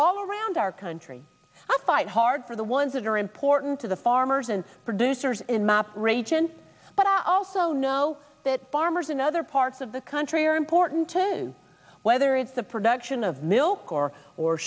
all around our country i fight hard for the ones that are important to the farmers and producers in map rachins but i also know that farmers in other parts of the country are important to know whether it's the production of milk or or